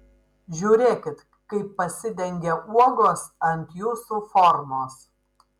žiūrėkit kaip pasidengia uogos ant jūsų formos